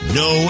no